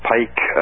Pike